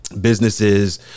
businesses